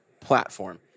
platform